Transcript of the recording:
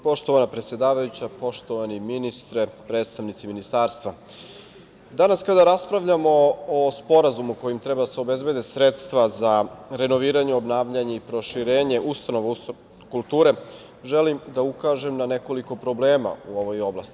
Poštovana predsedavajuća, poštovani ministre, predstavnici ministarstva, danas, kada raspravljamo o sporazumu kojim treba da se obezbede sredstva za renoviranje, obnavljanje i proširenje ustanova kulture, želim da ukažem na nekoliko problema u ovoj oblasti.